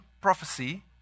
prophecy